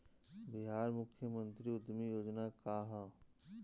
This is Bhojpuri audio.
बिहार मुख्यमंत्री उद्यमी योजना का है?